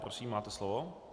Prosím, máte slovo.